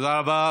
תודה רבה.